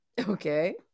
Okay